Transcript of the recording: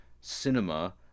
cinema